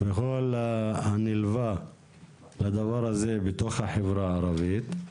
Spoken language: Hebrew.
וכל הנלווה לדבר הזה בתוך החברה הערבית.